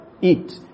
eat